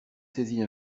saisit